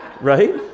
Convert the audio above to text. Right